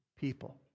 people